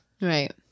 Right